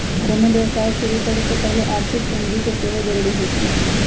कोनो व्यवसाय शुरू करे लेल आर्थिक पूजी के सेहो जरूरी होइ छै